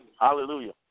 Hallelujah